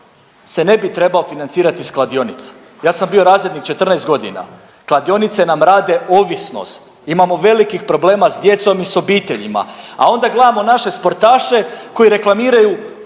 se ne bi trebao financirati iz kladionica. Ja sam bio razrednik 14 godina, kladionice nam rade ovisnost imamo velikih problema s djecom i s obiteljima, a onda gledamo naše sportaše koji reklamiraju